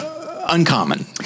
uncommon